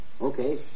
Okay